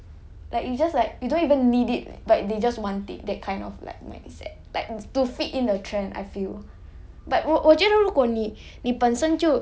it's not a like a want like it's just a like you don't even need it like they just want it that kind of like mindset like to fit in the trend I feel